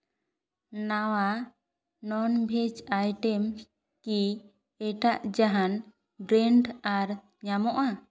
ᱱᱟᱣᱟ ᱱᱚᱱ ᱵᱷᱮᱹᱡᱽ ᱟᱭᱴᱮᱢ ᱠᱤ ᱮᱴᱟᱜ ᱡᱟᱦᱟᱱ ᱵᱨᱮᱱᱰ ᱟᱨ ᱧᱟᱢᱚᱜᱼᱟ